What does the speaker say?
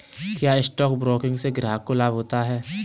क्या stock broking से ग्राहक को लाभ होता है?